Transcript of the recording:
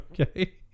Okay